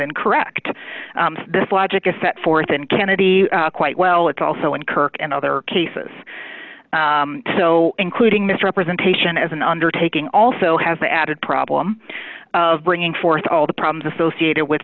incorrect this logic is set forth in kennedy quite well it's also in kirk and other cases so including misrepresentation as an undertaking also has the added problem of bringing forth all the problems associated with